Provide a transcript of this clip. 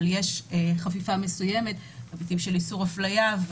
אבל יש חפיפה מסוימת בהיבטים של איסור הפליה,